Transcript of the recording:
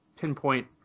pinpoint